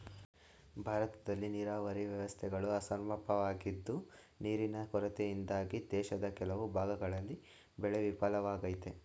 ಭಾರತದಲ್ಲಿ ನೀರಾವರಿ ವ್ಯವಸ್ಥೆಗಳು ಅಸಮರ್ಪಕವಾಗಿದ್ದು ನೀರಿನ ಕೊರತೆಯಿಂದಾಗಿ ದೇಶದ ಕೆಲವು ಭಾಗಗಳಲ್ಲಿ ಬೆಳೆ ವಿಫಲವಾಗಯ್ತೆ